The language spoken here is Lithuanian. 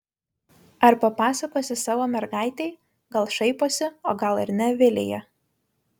ar papasakosi savo mergaitei gal šaiposi o gal ir ne vilija